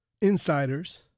insiders